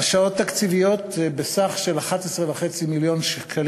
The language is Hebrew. הרשאות תקציביות בסך 11.5 מיליון שקלים